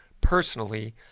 personally